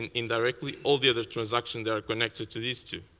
and indirectly, all the other transactions are connected to these two.